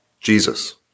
Jesus